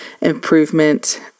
improvement